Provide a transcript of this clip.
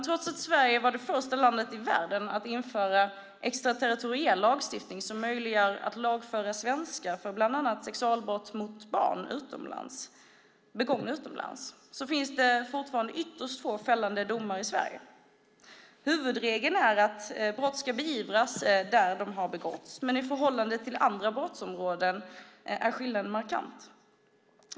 Trots att Sverige var det första landet i världen att införa extraterritoriell lagstiftning som möjliggör lagföring av svenskar för bland annat sexualbrott mot barn begångna utomlands finns det fortfarande ytterst få fällande domar i Sverige. Huvudregeln är att brott ska beivras där de har begåtts, men i förhållande till andra brottsområden är skillnaden markant.